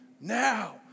Now